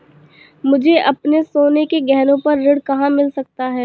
मुझे अपने सोने के गहनों पर ऋण कहाँ मिल सकता है?